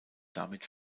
damit